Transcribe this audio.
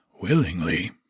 Willingly